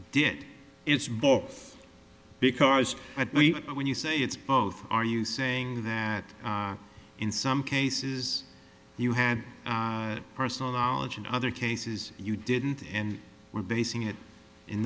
did its books because when you say it's both are you saying that in some cases you had personal knowledge in other cases you didn't and were basing it in